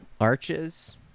Arches